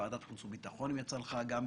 בוועדת חוץ וביטחון יצא לך להיות